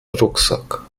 rucksack